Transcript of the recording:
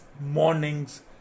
morning's